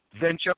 Venture